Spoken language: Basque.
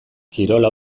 kirola